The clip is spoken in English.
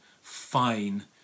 fine